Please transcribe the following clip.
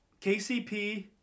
KCP